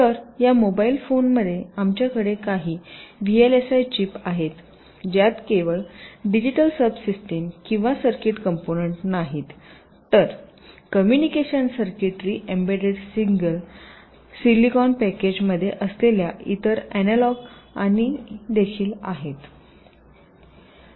तर या मोबाइल फोनमध्ये आमच्याकडे काही व्हीएलएसआय चिप आहे ज्यात केवळ डिजिटल सब सिस्टम किंवा सर्किट कंपोनंट नाहीत तर communication circuitry embedded single silicon पॅकेजमध्ये असलेल्या इतर अॅनालॉग आणि देखील आहेत